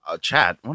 chat